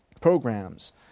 programs